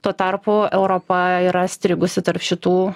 tuo tarpu europa yra įstrigusi tarp šitų